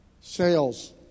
sales